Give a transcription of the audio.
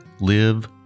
live